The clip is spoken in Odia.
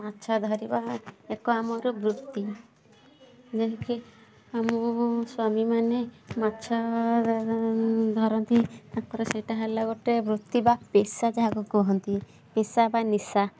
ମାଛ ଧରିବା ଏକ ଆମର ବୃତ୍ତି ଯେମିତିକି ଆମ ସ୍ୱାମୀ ମାନେ ମାଛ ଧରନ୍ତି ତାଙ୍କର ସେଇଟା ହେଲା ଗୋଟେ ବୃତ୍ତି ବା ପେଶା ଯାହାକୁ କୁହନ୍ତି ପେଶା ବା ନିଶା